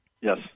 yes